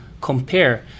compare